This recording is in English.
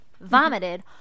vomited